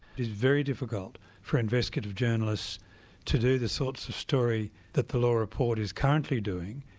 it's very difficult for investigative journalists to do the sorts of story that the law report is currently doing,